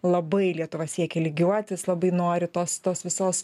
labai lietuva siekia lygiuotis labai nori tos tos visos